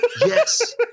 Yes